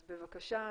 בבקשה,